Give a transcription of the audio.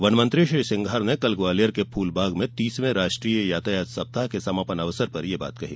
one मंत्री श्री सिंघार ने कल ग्वालियर के फूलबाग में तीसवे राष्ट्रीय यातायात सप्ताह के समापन अवसर पर यह बात कही